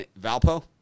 Valpo